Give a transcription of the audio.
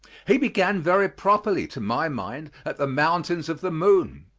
he began very properly, to my mind, at the mountains of the moon.